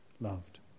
loved